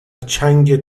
چنگ